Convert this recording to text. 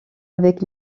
avec